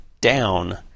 down